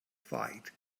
fight